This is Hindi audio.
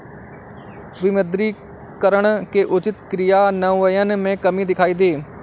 विमुद्रीकरण के उचित क्रियान्वयन में कमी दिखाई दी